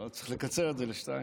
עוד צריך לקצר את זה לשתיים.